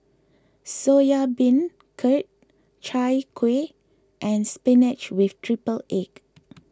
Soya Beancurd Chai Kuih and Spinach with Triple Egg